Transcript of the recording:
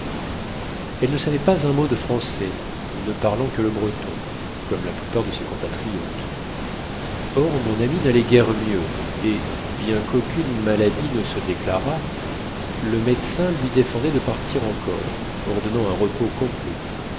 elle ne savait pas un mot de français ne parlant que le breton comme la plupart de ses compatriotes or mon ami n'allait guère mieux et bien qu'aucune maladie ne se déclarât le médecin lui défendait de partir encore ordonnant un repos complet